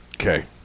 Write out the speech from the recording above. Okay